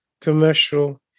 commercial